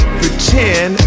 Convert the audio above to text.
pretend